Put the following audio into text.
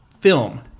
film